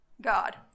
God